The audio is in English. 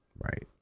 right